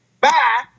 Bye